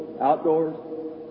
outdoors